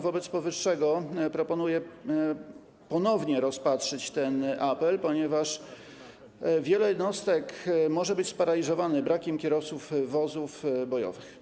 Wobec powyższego proponuję ponownie rozpatrzyć ten apel, ponieważ wiele jednostek może być sparaliżowanych brakiem kierowców wozów bojowych.